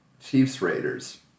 Chiefs-Raiders